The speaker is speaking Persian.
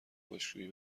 خشکشویی